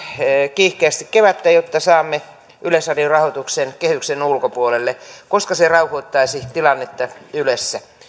kiihkeästi kevättä jotta saamme yleisradion rahoituksen kehyksen ulkopuolelle koska se rauhoittaisi tilannetta ylessä